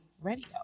Radio